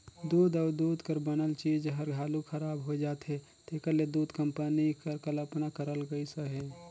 दूद अउ दूद कर बनल चीज हर हालु खराब होए जाथे तेकर ले दूध कंपनी कर कल्पना करल गइस अहे